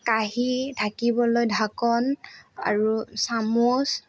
কাঁহী ধাকিবলৈ ঢাকোন আৰু চামোচ